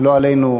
לא עלינו,